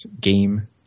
game